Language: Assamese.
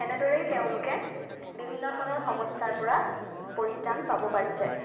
এনেদৰেই তেওঁলোকে বিভিন্ন ধৰণৰ সমস্যাৰ পৰা পৰিত্ৰাণ পাব পাৰিছে